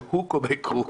by hook or by crook.